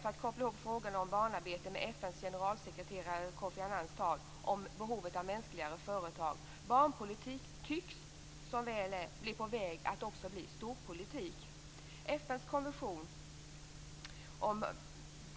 för att koppla ihop frågan om barnarbete med FN:s generalsekreterare Kofi Annans tal om behovet av mänskligare företag. Barnpolitik tycks, som väl är, vara på väg att också bli storpolitik.